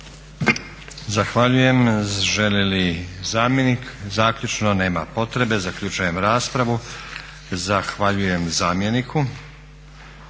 Zahvaljujem. Želi li zamjenik zaključno? Nema potrebe. Zaključujem raspravu. Zahvaljujem zamjeniku